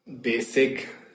basic